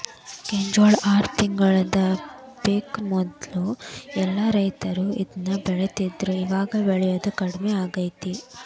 ಕೆಂಜ್ವಾಳ ಆರ ತಿಂಗಳದ ಪಿಕ್ ಮೊದ್ಲ ಎಲ್ಲಾ ರೈತರು ಇದ್ನ ಬೆಳಿತಿದ್ರು ಇವಾಗ ಬೆಳಿಯುದು ಕಡ್ಮಿ ಆಗೇತಿ